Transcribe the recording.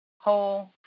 whole